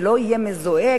ולא יהיה מזוהה,